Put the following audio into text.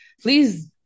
please